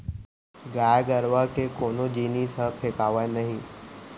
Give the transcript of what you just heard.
गाय गरूवा के कोनो जिनिस ह फेकावय नही